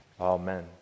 Amen